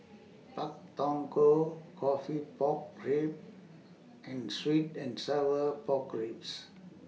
Pak Thong Ko Coffee Pork Ribs and Sweet and Sour Pork Ribs